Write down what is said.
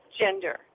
gender